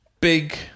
Big